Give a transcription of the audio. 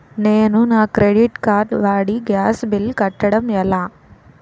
నేను నా credit card వాడి గ్యాస్ బిల్లు కట్టడం ఎలా?